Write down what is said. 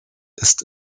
ist